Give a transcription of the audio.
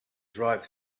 drive